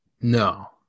No